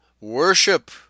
worship